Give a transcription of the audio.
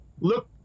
Look